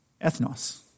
ethnos